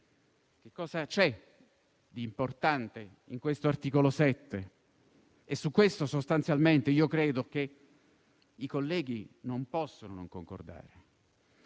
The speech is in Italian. Cosa c'è di importante in questo articolo 7? Su questo sostanzialmente credo che i colleghi non possano non concordare.